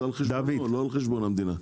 זה על חשבונו ולא על חשבון המדינה.